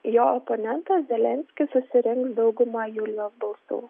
jo oponentas zelenskis susirenks daugumą julijos balsų